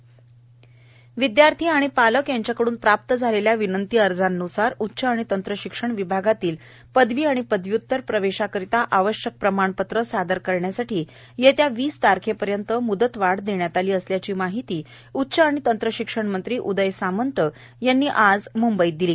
सामंत विद्यार्थी आणि पालक यांच्याकड्न प्राप्त झालेल्या विनंती अर्जांन्सार उच्च आणि तंत्र शिक्षण विभागातील पदवी आणि पदव्युत्तर प्रवेशाकरता आवश्यक प्रमाणपत्रं सादर करण्यासाठी येत्या वीस तारखेपर्यंत म्दतवाढ देण्यात आली असल्याची माहिती उच्च आणि तंत्र शिक्षण मंत्री उदय सामंत यांनी आज म्ंबईत दिली